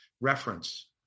reference